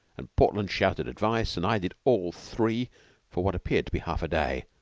and portland shouted advice, and i did all three for what appeared to be half a day,